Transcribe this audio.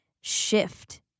shift